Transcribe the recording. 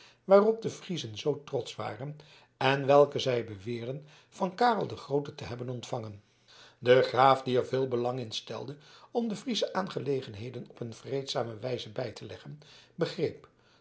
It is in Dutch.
waarop de friezen zoo trotsch waren en welke zij beweerden van karel den grooten te hebben ontvangen de graaf die er veel belang in stelde om de friesche aangelegenheden op een vreedzame wijze bij te leggen begreep